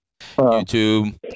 YouTube